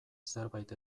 zerbait